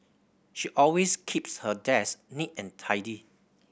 she always keeps her desk neat and tidy